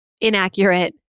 inaccurate